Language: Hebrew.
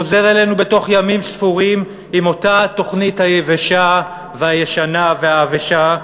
חוזר אלינו בתוך ימים ספורים עם אותה התוכנית היבשה והישנה והעבשה,